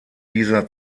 dieser